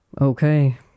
Okay